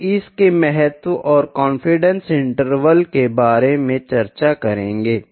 हम इसके महत्व और कॉन्फिडेंस इंटरवल के बारे में चर्चा करेंगे